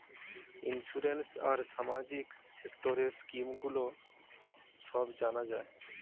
insurance আর সামাজিক সেক্টরের স্কিম গুলো সব জানা যায়